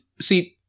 see